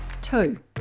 Two